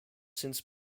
since